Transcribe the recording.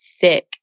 thick